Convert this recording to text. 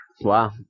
Wow